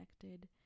connected